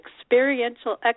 experiential